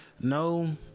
no